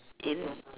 in